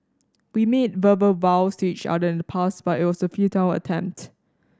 we made verbal vows to each other in the past but it was a futile attempt